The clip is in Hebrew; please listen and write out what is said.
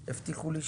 מאזן פעילות כללי.